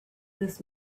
this